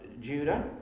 Judah